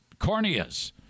corneas